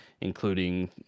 including